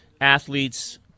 athletes